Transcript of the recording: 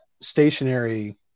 stationary